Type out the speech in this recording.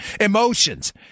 emotions